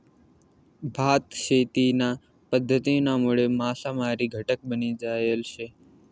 भात शेतीना पध्दतीनामुळे मासामारी घटक बनी जायल शे